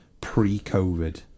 pre-Covid